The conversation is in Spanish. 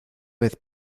vez